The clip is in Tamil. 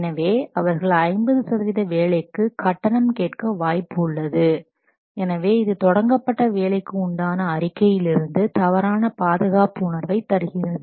எனவே அவர்கள் 50 சதவீத வேலைக்கு கட்டணம் கேட்க வாய்ப்பு உள்ளது எனவே இது தொடங்கப்பட்ட வேலைக்கு உண்டான அறிக்கையிலிருந்து தவறான பாதுகாப்பு உணர்வை தருகிறது